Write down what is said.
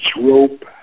rope